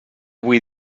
vull